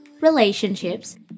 relationships